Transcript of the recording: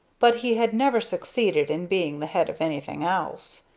but he had never succeeded in being the head of anything else.